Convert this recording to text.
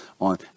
on